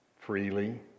freely